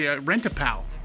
Rent-A-Pal